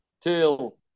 till